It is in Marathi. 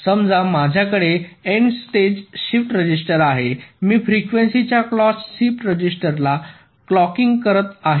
समजा माझ्याकडे N स्टेज शिफ्ट रजिस्टर आहे मी फ्रिक्वेन्सी च्या क्लॉक शिफ्ट रजिस्टरला क्लोकिंग करत आहे